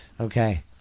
Okay